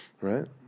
right